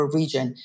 region